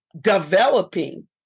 developing